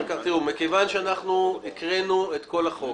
מכיוון שהקראנו את כל החוק,